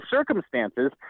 circumstances